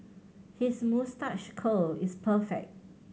his moustache curl is perfect